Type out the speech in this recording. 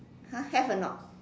!huh! have or not